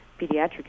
pediatric